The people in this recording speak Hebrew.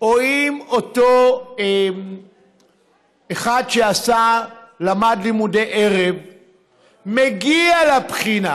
או אם אותו אחד שלמד לימודי ערב מגיע לבחינה,